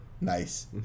Nice